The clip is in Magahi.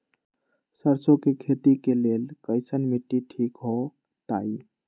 सरसों के खेती के लेल कईसन मिट्टी ठीक हो ताई?